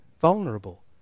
vulnerable